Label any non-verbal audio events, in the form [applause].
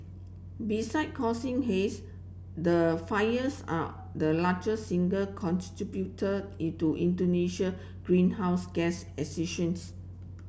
beside causing haze the fires are the largest single contributor into Indonesia greenhouse gas [unintelligible]